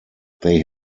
they